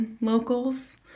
locals